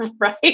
right